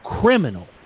criminal